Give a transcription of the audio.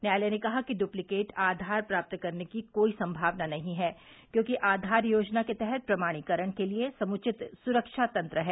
न्यायालय ने कहा कि डुप्लीकेट आधार प्राप्त करने की कोई संभावना नहीं है क्योंकि आधार योजना के तहत प्रमाणीकरण के लिए समुचित सुरक्षा तंत्र है